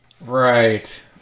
Right